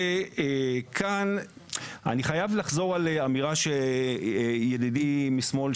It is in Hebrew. כאן אני חייב לחזור על אמירה שידידי משמאל,